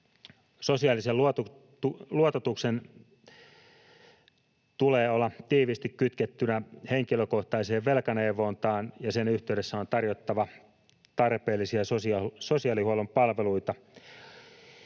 Sosiaalisen luototuksen tulee olla tiiviisti kytkettynä henkilökohtaiseen velkaneuvontaan, ja sen yhteydessä on tarjottava tarpeellisia sosiaalihuollon palveluita.